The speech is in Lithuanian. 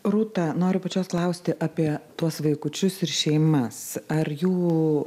rūta noriu pačios klausti apie tuos vaikučius ir šeimas ar jų